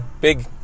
big